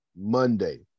Monday